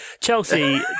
Chelsea